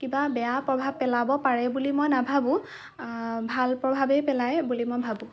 কিবা বেয়া প্ৰভাৱ পেলাব পাৰে বুলি মই নাভাবোঁ ভাল প্ৰভাৱেই পেলাই বুলি মই ভাবোঁ